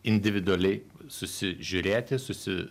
individualiai susižiūrėti susi